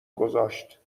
گذاشت